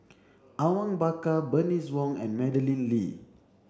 Awang Bakar Bernice Wong and Madeleine Lee